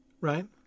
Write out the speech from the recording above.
right